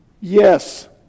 Yes